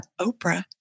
Oprah